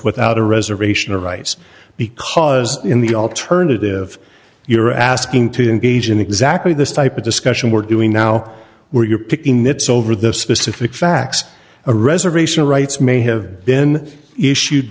without a reservation of rights because in the alternative you're asking to engage in exactly this type of discussion we're doing now where you're picking nits over the specific facts a reservation rights may have been issued